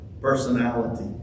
personality